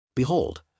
behold